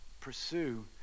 pursue